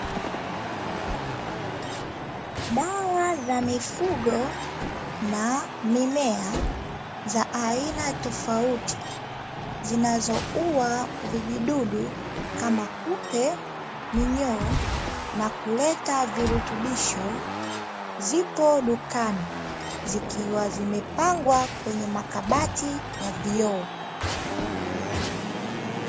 Dawa za mifugo na mimea za aina tofauti, zinazoua vijidudu, kama kupe, minyoro na kuleta virutubisho, zipo dukani zikiwa zimepangwa kwenye makabati ya vioo.